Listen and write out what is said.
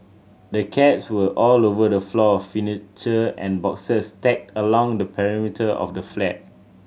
the cats were all over the floor furniture and boxes stacked along the perimeter of the flat